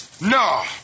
No